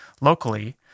locally